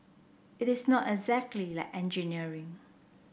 it is not exactly like engineering